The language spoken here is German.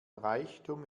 reichtum